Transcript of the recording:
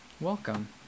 welcome